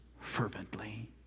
fervently